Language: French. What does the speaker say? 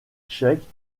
tchèque